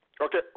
Okay